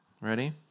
Ready